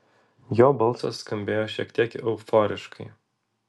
jo balsas skambėjo šiek tiek euforiškai